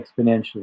exponentially